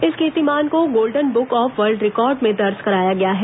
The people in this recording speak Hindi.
इस कीर्तिमान को golden book of world record में दर्ज कराया गया है